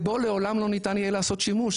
ובו לעולם לא ניתן יהיה לעשות שימוש,